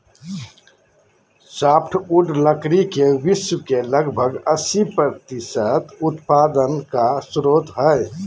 softwood लकड़ी के विश्व के लगभग अस्सी प्रतिसत उत्पादन का स्रोत हइ